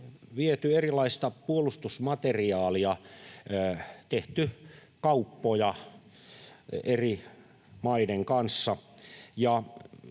viety erilaista puolustusmateriaalia, tehty kauppoja, eri maiden kanssa.